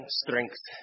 strength